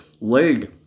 world